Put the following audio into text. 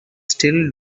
still